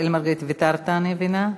אראל מרגלית, ויתרת, אני מבינה.